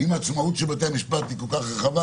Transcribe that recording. אם עצמאות של בתי המשפט היא כל כך רחבה,